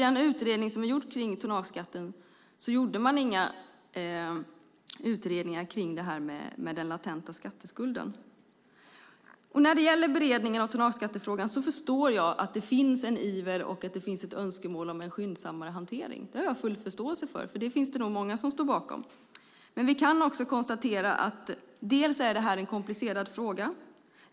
I utredningen kring tonnageskatten gjorde man inga utredningar kring den latenta skatteskulden. När det gäller beredningen av tonnageskattefrågan förstår jag att det finns en iver och att det finns ett önskemål om en mer skyndsam hantering. Det har jag full förståelse för. Det finns nog många som står bakom det. Men vi kan också konstatera att det här är en komplicerad fråga.